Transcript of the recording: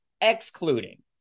excluding